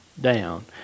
down